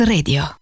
Radio